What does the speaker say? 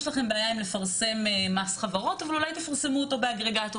יש לכם בעיה עם לפרסם מס חברות אבל אולי תפרסמו אותו באגרגטור,